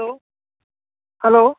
hello hello